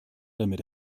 damit